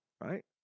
right